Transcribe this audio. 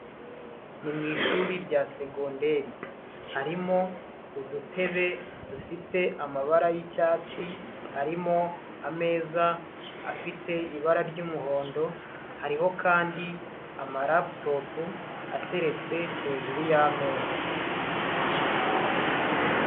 Ni mu ishuri rya segondari, harimo udutebe dufite amabara y'icyatsi, harimo ameza afite ibara ry'umuhondo, hariho kandi amalaputopu ateretse hejuru y'ameza.